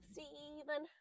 Stephen